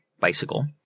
bicycle